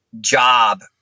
job